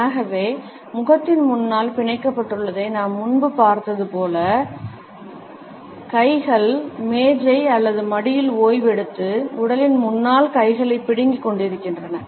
ஆகவே முகத்தின் முன்னால் பிணைக்கப்பட்டுள்ளதை நாம் முன்பு பார்த்தது போல கைகள் மேசை அல்லது மடியில் ஓய்வெடுத்து உடலின் முன்னால் கைகளை பிடுங்கிக் கொண்டிருக்கின்றன